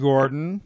Gordon